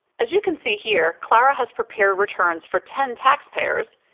as you can see here, clara has prepared returns for ten tax payers,